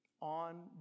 On